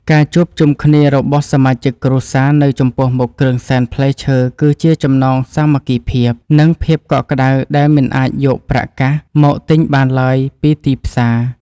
ការជួបជុំគ្នារបស់សមាជិកគ្រួសារនៅចំពោះមុខគ្រឿងសែនផ្លែឈើគឺជាចំណងសាមគ្គីភាព និង ភាពកក់ក្តៅដែលមិនអាចយកប្រាក់កាសមកទិញបានឡើយពីទីផ្សារ។